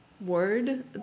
word